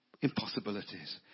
Impossibilities